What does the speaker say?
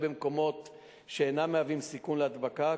במקומות שאינם מהווים סיכון להדבקה,